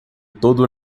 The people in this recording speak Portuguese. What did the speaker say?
todo